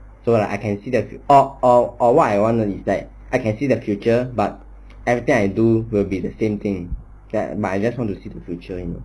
so that I can see that or or or what I want is that I can see the future but everything I do will be the same thing that I just want to see my future you know